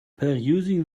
perusing